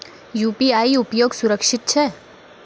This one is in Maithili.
यु.पी.आई उपयोग सुरक्षित छै?